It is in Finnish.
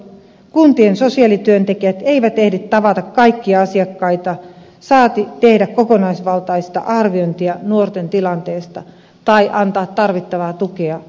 kuntien sosiaalityöntekijät eivät ehdi tavata kaikkia asiakkaita saati tehdä kokonaisvaltaista arviointia nuorten tilanteesta tai antaa tarvittavaa tukea heille